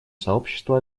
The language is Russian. сообщество